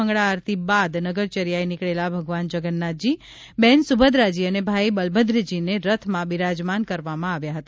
મંગળા આરતી બાદ નગરચર્યાએ નીકળેલા ભગવાન જગન્નાથજી બહેન સુભદ્રાજી અને ભાઇ બલભદ્રજીને રથમાં બિરાજમાન કરવામાં આવ્યા હતા